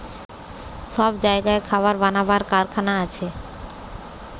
সব জাগায় খাবার বানাবার কারখানা আছে